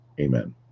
Amen